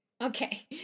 okay